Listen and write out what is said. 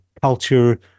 culture